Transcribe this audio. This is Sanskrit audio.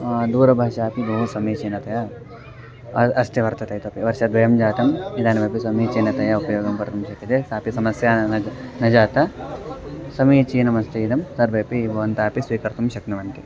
दूरभाषा अपि बहु समीचीनतया अस्ति वर्तते इतोपि वर्षद्वयं जातम् इदानीमपि समीचीनतया उपयोगं कर्तुं शक्यते सापि समस्या न न जाता समीचीनमस्ति इदं सर्वेपि भवन्तः अपि स्वीकर्तुं शक्नुवन्ति